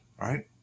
right